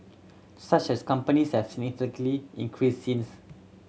such as companies have significantly increased since